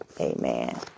Amen